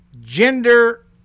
Gender